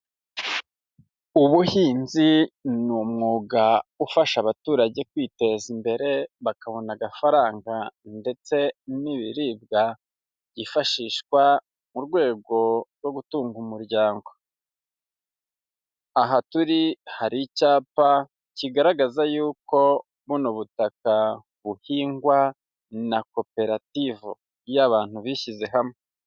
Ubuhinzi ni umwuga ufasha abaturage kwiteza imbere bakabona agafaranga ndetse n'ibiribwa byifashishwa mu rwego rwo gutunga umuryango. Aha turi hari icyapa kigaragaza yuko buno butaka buhingwa na koperative y'abantu bishyize hamwe.